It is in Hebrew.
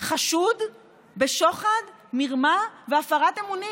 חשוד בשוחד, מרמה והפרת אמונים.